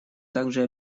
также